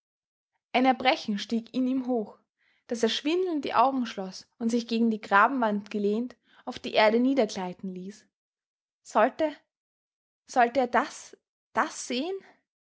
ein erbrechen stieg in ihm hoch daß er schwindelnd die augen schloß und sich gegen die grabenwand gelehnt auf die erde niedergleiten ließ sollte sollte er das das sehen